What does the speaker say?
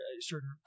certain